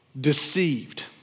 deceived